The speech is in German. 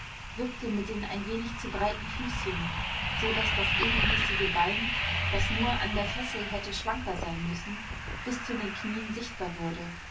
wippte mit den ein wenig zu breiten füßchen so daß das ebenmäßige bein das nur an der fessel hätte schlanker sein müssen bis zu den knien sichtbar wurde